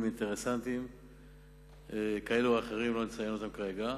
אינטרסנטיים כאלה ואחרים שאני לא אציין כרגע.